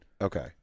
Okay